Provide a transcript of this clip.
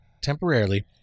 temporarily